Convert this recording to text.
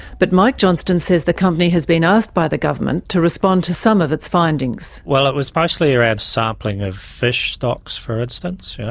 but mike johnston says the company has been asked by the government to respond to some of its findings. well, it was mostly around the sampling of fish stocks, for instance, yeah